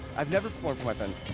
i've never performed